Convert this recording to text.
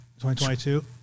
2022